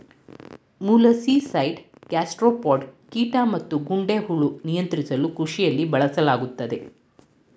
molluscicide gastropod ಕೀಟ ಮತ್ತುಗೊಂಡೆಹುಳು ನಿಯಂತ್ರಿಸಲುಕೃಷಿಲಿ ಬಳಸಲಾಗ್ತದೆ